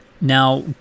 Now